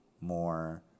more